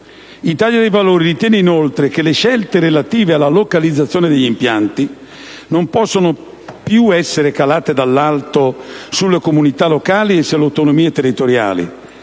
dell'Italia dei Valori ritiene - inoltre - che le scelte relative alla localizzazione degli impianti non possano più essere calate dall'alto sulle comunità locali e sulle autonomie territoriali